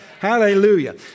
Hallelujah